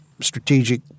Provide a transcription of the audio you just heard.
strategic